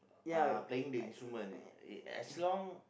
uh playing the instrument uh as long